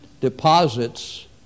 deposits